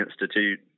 Institute